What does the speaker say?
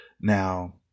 now